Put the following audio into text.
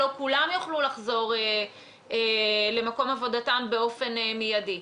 לא כולם יוכלו לחזור למקום עבודתם באופן מידי.